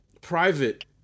private